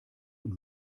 und